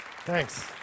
thanks